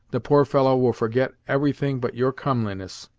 the poor fellow will forget every thing but your comeliness.